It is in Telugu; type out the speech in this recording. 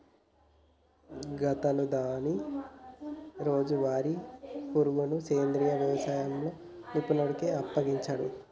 గాతను దాని రోజువారీ పరుగును సెంద్రీయ యవసాయంలో నిపుణుడికి అప్పగించిండు